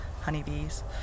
honeybees